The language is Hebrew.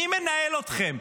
מי מנהל אתכם?